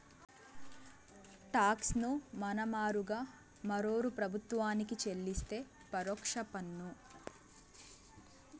talks ను మన మారుగా మరోరూ ప్రభుత్వానికి చెల్లిస్తే పరోక్ష పన్ను